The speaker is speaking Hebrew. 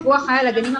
האלה.